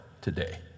today